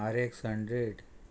RX hundred